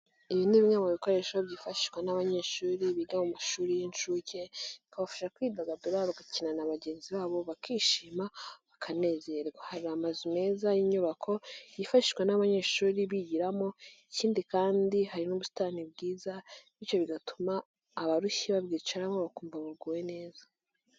Ibi ni bimwe mu bikoresho byifashishwa n'abanyeshuri biga mu mashuri y'inshuke, bikabafasha kwidagadura bagakina na bagenzi babo bakishima, bakanezerwa. Hari amazu meza y'inyubako yifashishwa n'abanyeshuri bigiramo ikindi kandi hari n'ubusitani bwiza, bityo bigatuma abarushye babwicaramo bakumva baguwe neza.